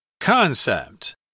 Concept